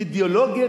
אידיאולוגית,